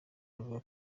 bavuga